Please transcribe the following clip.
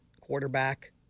quarterback